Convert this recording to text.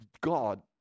God